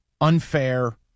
unfair